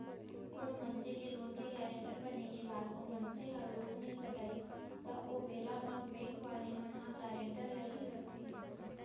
कोनो मनसे के लोन के गारेंटर बने के बाद ओ मनसे ह लोन नइ पटाइस त ओ बेरा म बेंक वाले मन ह गारेंटर ल ही धरथे